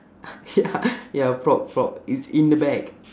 ya ya frog frog it's in the bag